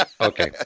Okay